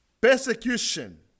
Persecution